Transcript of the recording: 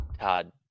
Todd